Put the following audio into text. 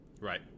Right